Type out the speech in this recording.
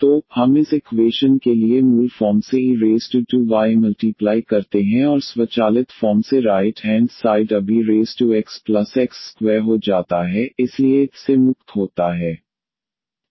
तो हम इस इक्वेशन के लिए मूल फॉर्म से e2y मल्टीप्लाई करते हैं और स्वचालित फॉर्म से राइट हेंड साइड अब exx2 हो जाता है इसलिए y से मुक्त होता है